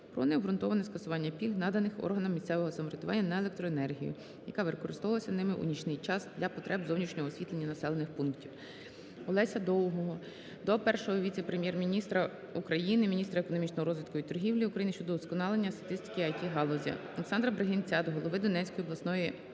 про необґрунтоване скасування пільг, наданих органам місцевого самоврядування на електроенергію, яка використовувалася ними у нічний час для потреб зовнішнього освітлення населених пунктів. Олеся Довгого до Першого віце-прем'єр-міністра України - міністра економічного розвитку і торгівлі України щодо удосконалення статистики ІТ-галузі. Олександра Бригинця до голови Донецької обласної